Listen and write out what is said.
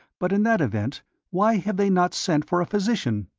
but in that event why have they not sent for a physician?